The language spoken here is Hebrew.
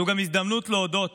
זאת גם הזדמנות להודות